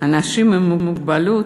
האנשים עם מוגבלות,